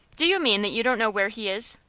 do you mean that you don't know where he is?